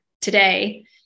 today